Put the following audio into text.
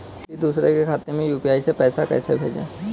किसी दूसरे के खाते में यू.पी.आई से पैसा कैसे भेजें?